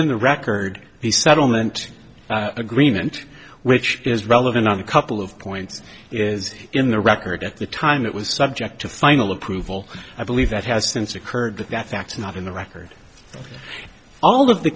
in the record the settlement agreement which is relevant on a couple of points is in the record at the time it was subject to final approval i believe that has since occurred that that's not in the record all of the